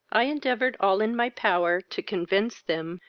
i endeavoured all in my power to convince them,